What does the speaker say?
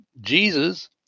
Jesus